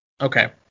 okay